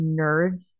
nerds